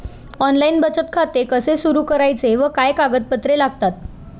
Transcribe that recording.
Online बचत खाते कसे सुरू करायचे व काय कागदपत्रे लागतात?